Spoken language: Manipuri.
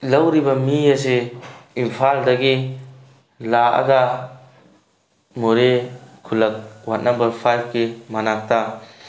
ꯂꯧꯔꯤꯕ ꯃꯤ ꯑꯁꯦ ꯏꯝꯐꯥꯜꯗꯒꯤ ꯂꯥꯛꯑꯒ ꯃꯣꯔꯦ ꯈꯨꯜꯂꯛ ꯋꯥꯔꯠ ꯅꯝꯕꯔ ꯐꯥꯏꯚꯀꯤ ꯃꯅꯥꯛꯇ